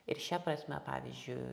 ir šia prasme pavyzdžiui